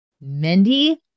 Mindy